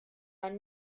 man